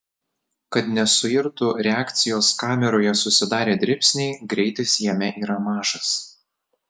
kad nesuirtų reakcijos kameroje susidarę dribsniai greitis jame yra mažas